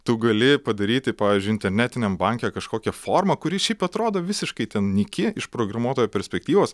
tu gali padaryti pavyzdžiui internetiniam banke kažkokią formą kuri šiaip atrodo visiškai ten nyki iš programuotojo perspektyvos